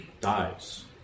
dies